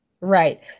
right